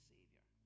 Savior